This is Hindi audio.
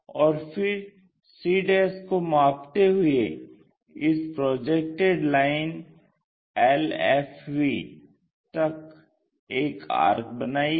और फिर c को मापते हुए इस प्रोजेक्टेड लाइन LFV तक एक आर्क बनाइये